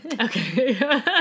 Okay